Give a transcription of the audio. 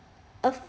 of